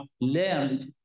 learned